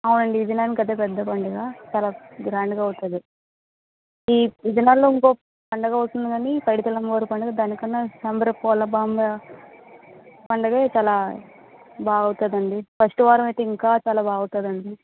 అవునండి ఈ దినానికే ఇదే పెద్ద పండగ చాలా గ్రాండ్ గా అవుతుంది ఇది ఈ దినాల్లో ఇంకో పండగ వస్తుంది కానీ పైడితల్లమ్మ పండుగ దాని కన్నా శంబరపొల్లభామ పండగ చాలా బాగా అవుతుందండి ఫస్ట్ వారం అయితే ఇంకా చాలా బాగా అవుతుందండి